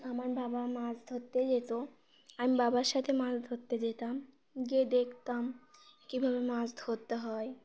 আমার বাবা মাছ ধরতে যেত আমি বাবার সাথে মাছ ধরতে যেতাম গিয়ে দেখতাম কীভাবে মাছ ধরতে হয়